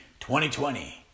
2020